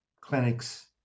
clinics